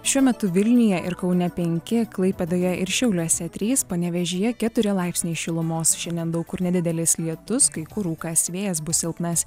šiuo metu vilniuje ir kaune penki klaipėdoje ir šiauliuose trys panevėžyje keturi laipsniai šilumos šiandien daug kur nedidelis lietus kai kur rūkas vėjas bus silpnas